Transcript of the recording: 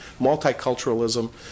multiculturalism